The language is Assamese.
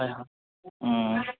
হয় হয়